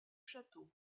château